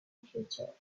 future